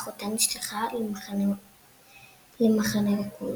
אחותה נשלחה למחנה מחנה ריכוז.